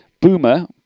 Boomer